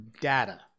data